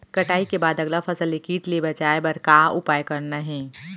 कटाई के बाद अगला फसल ले किट ले बचाए बर का उपाय करना हे?